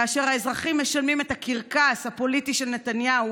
כאשר האזרחים משלמים את הקרקס הפוליטי של נתניהו